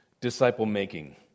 disciple-making